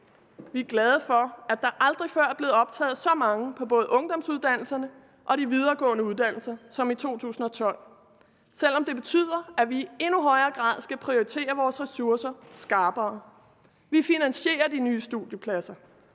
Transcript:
Vi er glade for, at der aldrig før er blevet optaget så mange på både ungdomsuddannelserne og de videregående uddannelser som i 2012, selv om det betyder, at vi i endnu højere grad skal prioritere vores ressourcer skarpere. Vi finansierer de nye studiepladser.